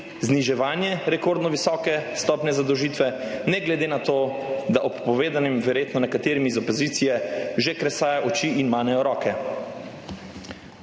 zniževanje rekordno visoke stopnje zadolžitve, ne glede na to, da se ob povedanem verjetno nekaterim iz opozicije že krešejo oči in manejo roke.